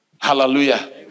Hallelujah